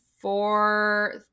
four